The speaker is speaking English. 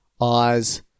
eyes